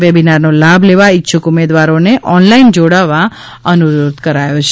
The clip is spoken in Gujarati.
વેબિનારનો લાભ લેવા ઇચ્છુક ઉમેદવારોને ઓનલાઇન જોડાવા અનુરોધ કરાયો હતો